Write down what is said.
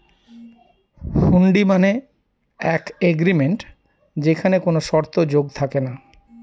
হুন্ডি মানে এক এগ্রিমেন্ট যেখানে কোনো শর্ত যোগ থাকে না